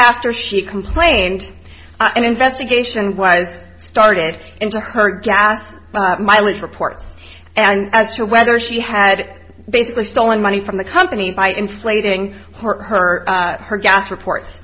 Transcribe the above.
after she complained an investigation was started into her gas mileage reports and as to whether she had basically stolen money from the company by inflating her her gas report